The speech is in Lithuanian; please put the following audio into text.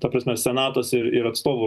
ta prasme senatas ir ir atstovų